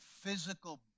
physical